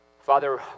Father